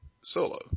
Solo